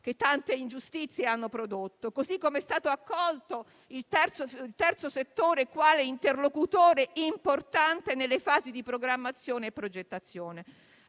che tante ingiustizie hanno prodotto, così com'è stato individuato il terzo settore quale interlocutore importante nelle fasi di programmazione e progettazione.